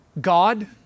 God